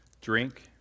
drink